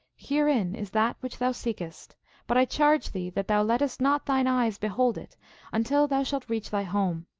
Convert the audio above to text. herein is that which thou seekest but i charge thee that thou lettest not thine eyes behold it until thou shalt reach thy home.